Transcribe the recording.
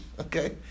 Okay